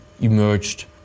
emerged